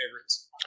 favorites